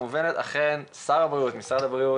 אכן משרד הבריאות ושר הבריאות